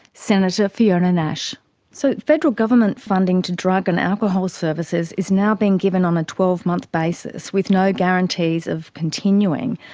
senator fiona nash. so federal government funding to drug and alcohol services is now being given on twelve month basis, with no guarantees of continuing.